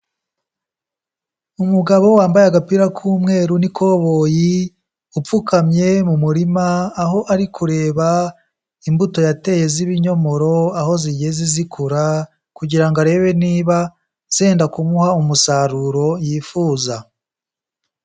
Umugabo wambaye agapira k'umweru n'ikoboyi, upfukamye mu murima, aho ari kureba imbuto yateye z'ibinyomoro, aho zigeze zikura kugira ngo arebe niba zenda kumuha umusaruro yifuza.